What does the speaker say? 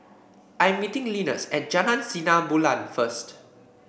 I'm meeting Linus at Jalan Sinar Bulan first